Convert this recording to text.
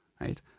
right